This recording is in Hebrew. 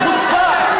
חוצפה.